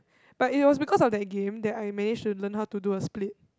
but it was because of that game that I managed to learn how to do a split